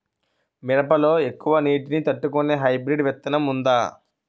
మిరప లో ఎక్కువ నీటి ని తట్టుకునే హైబ్రిడ్ విత్తనం వుందా?